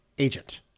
agent